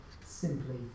simply